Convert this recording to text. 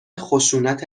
خشونت